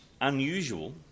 unusual